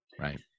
Right